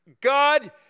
God